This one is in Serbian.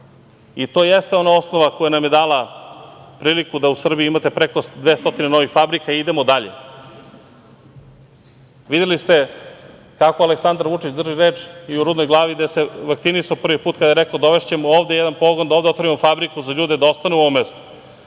To jeste ona osnova koja nam je dala priliku da u Srbiji imate preko 200 novih fabrika i idemo dalje. Videli ste kako Aleksandar Vučić drži reč i u Rudnoj Glavi gde se vakcinisao prvi put kada je rekao – dovešćemo ovde jedan pogon da ovde otvorimo fabriku za ljude da ostanu u ovom mestu,